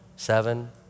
seven